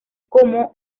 como